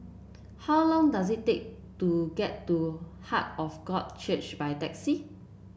how long does it take to get to Heart of God Church by taxi